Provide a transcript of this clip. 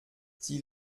sie